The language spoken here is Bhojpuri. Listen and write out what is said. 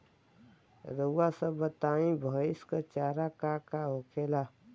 रउआ सभ बताई भईस क चारा का का होखेला?